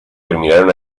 terminaron